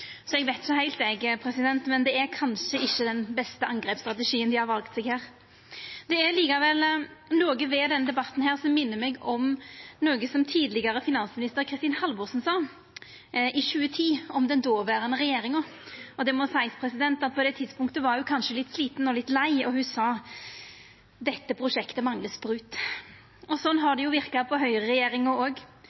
Så eg veit ikkje heilt, eg, men det er kanskje ikkje den beste angrepsstrategien dei har valt seg her. Det er likevel noko med denne debatten som minner meg om noko tidlegare finansminister Kristin Halvorsen sa i 2010 om den dåverande regjeringa. Det må seiast at på det tidspunktet var ho kanskje litt sliten og litt lei – ho sa at dette prosjektet manglar sprut. Sånn har det verka på høgreregjeringa òg. Klokka har ikkje vorte 21 eingong, og